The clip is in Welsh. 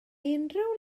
unrhyw